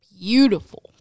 Beautiful